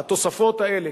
התוספות האלה.